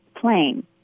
plane